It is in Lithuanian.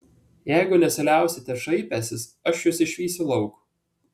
jeigu nesiliausite šaipęsis aš jus išvysiu lauk